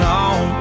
on